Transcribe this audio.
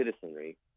citizenry